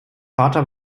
vater